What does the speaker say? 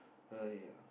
!haiya!